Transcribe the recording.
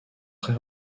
très